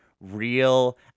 real